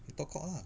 he talk cock lah